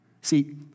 See